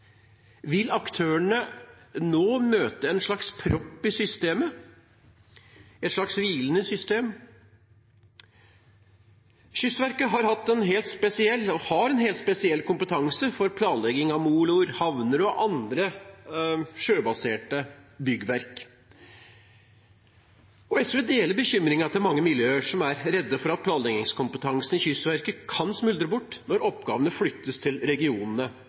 Vil aktørene nå møte en slags propp i systemet, et slags hvilende system? Kystverket har hatt og har en helt spesiell kompetanse for planlegging av moloer, havner og andre sjøbaserte byggverk. SV deler bekymringen til mange miljøer som er redd for at planleggingskompetansen i Kystverket kan smuldre bort når oppgavene flyttes til regionene,